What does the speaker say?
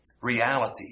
reality